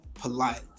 polite